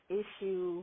issue